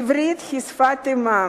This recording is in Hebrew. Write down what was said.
עברית היא שפת אמם,